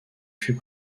fut